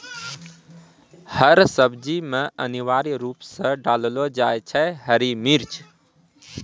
हर सब्जी मॅ अनिवार्य रूप सॅ डाललो जाय छै हरी मिर्च